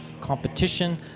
competition